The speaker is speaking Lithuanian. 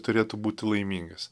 turėtų būti laimingas